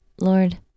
Lord